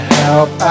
help